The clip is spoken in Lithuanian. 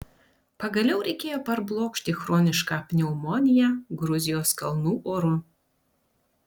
pagaliau reikėjo parblokšti chronišką pneumoniją gruzijos kalnų oru